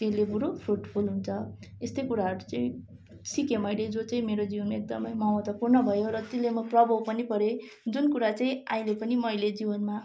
त्यसले बरू फ्रुटफुल हुन्छ यस्तै कुराहरू चाहिँ सिकेँ मैले जो चाहिँ मेरो जीवनमा एकदमै महत्त्वपूर्ण भयो र त्यसले म प्रभाव पनि परेँ जुन कुरा चाहिँ अहिले पनि मैले जीवनमा